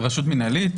רשות מינהלית,